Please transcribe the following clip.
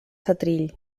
setrill